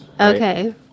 Okay